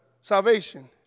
salvation